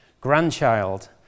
grandchild